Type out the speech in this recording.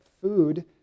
food